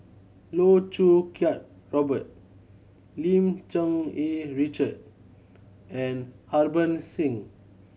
Loh Choo Kiat Robert Lim Cherng Yih Richard and Harbans Singh